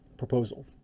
proposal